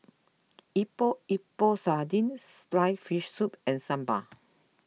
Epok Epok Sardin Sliced Fish Soup and Sambal